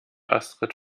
astrid